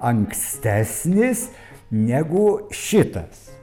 ankstesnis negu šitas